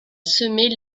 semer